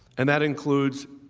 and that includes